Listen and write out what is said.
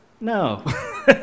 No